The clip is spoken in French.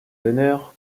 d’honneur